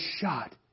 shot